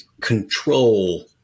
control